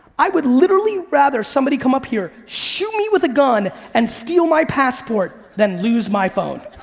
i would literally rather somebody come up here shoot me with a gun and steal my passport than lose my phone.